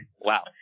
wow